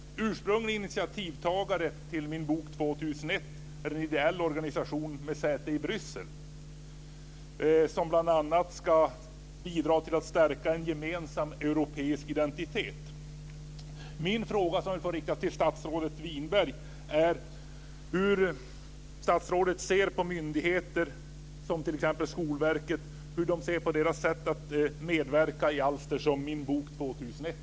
Ursprunglig initiativtagare till Min bok 2001 är en ideell organisation med säte i Bryssel, som bl.a. ska bidra till att stärka en gemensam europeisk identitet. Min fråga får riktas till statsrådet Winberg. Hur ser statsrådet på myndigheters, t.ex. Skolverkets, sätt att medverka i alster som Min bok 2001?